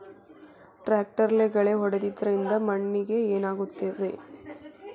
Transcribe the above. ಟ್ರಾಕ್ಟರ್ಲೆ ಗಳೆ ಹೊಡೆದಿದ್ದರಿಂದ ಮಣ್ಣಿಗೆ ಏನಾಗುತ್ತದೆ?